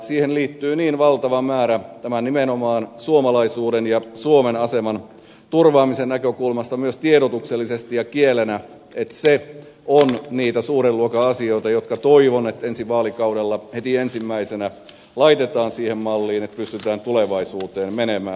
siihen liittyy niin valtavan paljon nimenomaan suomalaisuuden ja suomen aseman turvaamisen näkökulmasta myös tiedotuksellisesti ja kielenä että se on niitä suuren luokan asioita joista toivon että ne ensi vaalikaudella heti ensimmäisenä laitetaan siihen malliin että pystytään tulevaisuuteen menemään